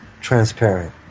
transparent